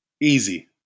Easy